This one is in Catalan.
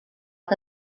que